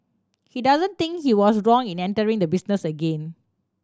he doesn't think he was wrong in entering the business again